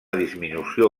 disminució